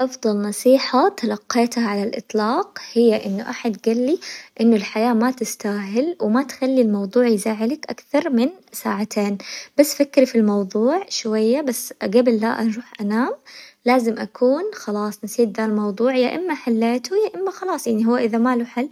أفضل نصيحة تلقيتها على الإطلاق هي إنه أحد قالي إنه الحياة ما تستاهل، وما تخلي الموضوع يزعلك أكثر من ساعتين، بس فكري في الموظوع شوية، بس قبل لا أروح أنام لازم أكون خلاص نسيت ذا الموظوع يا إما حليته يا إما خلاص يعني هو إذا ما له حل